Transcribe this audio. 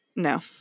No